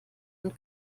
und